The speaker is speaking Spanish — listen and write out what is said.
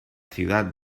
ciudad